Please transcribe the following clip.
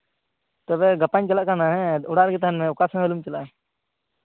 ᱛᱚᱵᱮ ᱜᱟᱯᱟᱧ ᱪᱟᱞᱟᱜ ᱠᱟᱱᱟ ᱦᱮᱸ ᱚᱲᱟᱜ ᱨᱮᱜᱮ ᱛᱟᱦᱮᱱ ᱢᱮ ᱚᱠᱟ ᱥᱮᱱ ᱦᱚᱸ ᱟᱞᱚᱢ ᱪᱟᱞᱟᱜᱼᱟ